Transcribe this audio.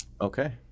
Okay